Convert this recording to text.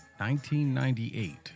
1998